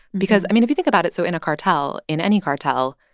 because, i mean, if you think about it so in a cartel, in any cartel,